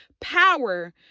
power